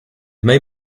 may